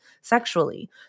sexually